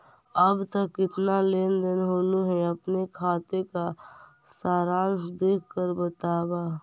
अब तक कितना लेन देन होलो हे अपने खाते का सारांश देख कर बतावा